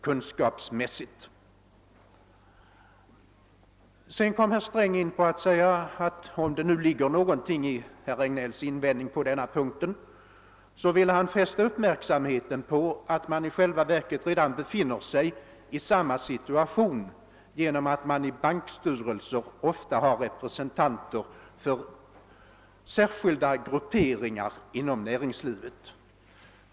Herr Sträng sade därefter att han, om man anser att herr Regnélls invändning på denna punkt skall beaktas, ville fästa uppmärksamheten på att bankerna i själva verket redan befinner sig i en situation liknande den som nu föreslås. I bankernas styrelser finns nämligen ofta representanter för särskilda grupperingar inom näringslivet.